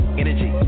energy